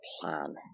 plan